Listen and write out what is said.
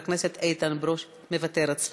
סליחה, מוותרת.